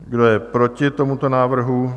Kdo je proti tomuto návrhu?